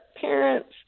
parents